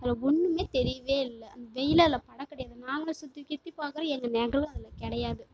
அதில் ஒன்றுமே தெரியவே இல்லை அந்த வெயிலே அதில் பட கிடையாது நாங்களும் சுற்றி கித்தி பாக்கிறோம் எங்கள் நிழலும் அதில் கிடையாது